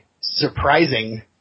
surprising